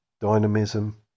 dynamism